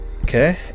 okay